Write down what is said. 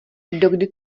dokdy